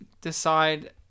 decide